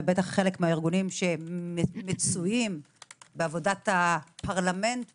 וחלק מהארגונים שמצויים בעבודת הפרלמנט פה,